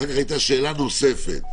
ואחריו הייתה שאלה נוספת.